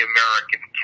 American